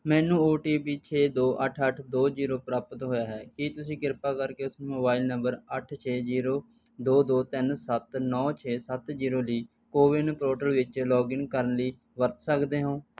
ਮੈਨੂੰ O T P ਛੇ ਦੋ ਅੱਠ ਅੱਠ ਦੋ ਜ਼ੀਰੋ ਪ੍ਰਾਪਤ ਹੋਇਆ ਹੈ ਕੀ ਤੁਸੀਂ ਕਿਰਪਾ ਕਰਕੇ ਉਸ ਨੂੰ ਮੋਬਾਈਲ ਨੰਬਰ ਅੱਠ ਛੇ ਜ਼ੀਰੋ ਦੋ ਦੋ ਤਿੰਨ ਸੱਤ ਨੌਂ ਛੇ ਸੱਤ ਜ਼ੀਰੋ ਲਈ ਕੋ ਵਿਨ ਪੋਰਟਲ ਵਿੱਚ ਲੌਗਇਨ ਕਰਨ ਲਈ ਵਰਤ ਸਕਦੇ ਹੋ